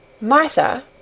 Martha